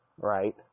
right